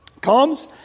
comes